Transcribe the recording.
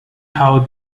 how